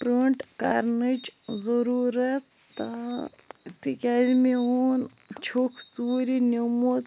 print کَرنٕچ ضُروٗرت تا تِکیٛازِ میٛون چھُکھ ژوٗرِ نِمُت